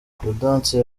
gaudence